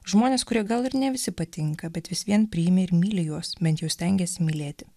žmonės kurie gal ir ne visi patinka bet vis vien priimi ir myli juos bent jau stengiesi mylėti